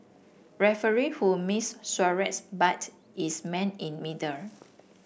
referee who missed Suarez bite is man in middle